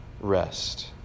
rest